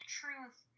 truth